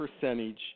percentage